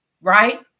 right